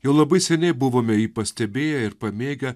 jau labai seniai buvome jį pastebėję ir pamėgę